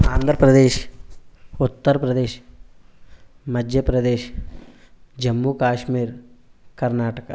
Andhra Pradesh Uttar Pradesh Madhya Pradesh Jammu Kashmir Karnataka